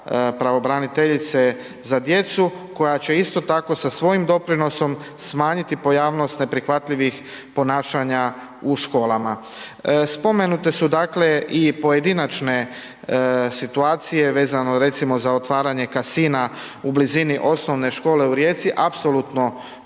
pravobraniteljice za djecu koja će isto tako sa svojim doprinosom smanjiti pojavnost neprihvatljivih ponašanja u školama. Spomenute su, dakle, i pojedinačne situacije vezano recimo za otvaranje Casina u blizini osnovne škole u Rijeci, apsolutno